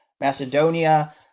Macedonia